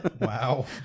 wow